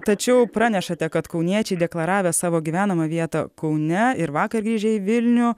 tačiau pranešate kad kauniečiai deklaravę savo gyvenamą vietą kaune ir vakar grįžę į vilnių